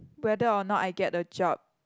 whether or not I get the job